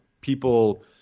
People